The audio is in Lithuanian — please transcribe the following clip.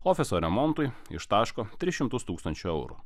ofiso remontui ištaško tris šimtus tūkstančių eurų